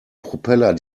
propeller